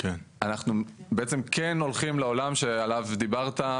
אני בעצם כן הולכים לעולם שעליו דיברת,